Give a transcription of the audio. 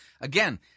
Again